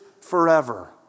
forever